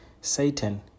Satan